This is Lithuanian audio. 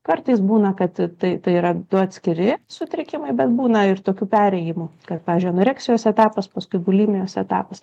kartais būna kad tai tai yra du atskiri sutrikimai bet būna ir tokių perėjimų kad pavyzdžiui anoreksijos etapas paskui bulimijos etapas